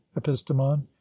epistemon